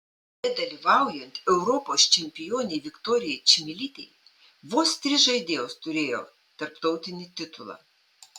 nedalyvaujant europos čempionei viktorijai čmilytei vos trys žaidėjos turėjo tarptautinį titulą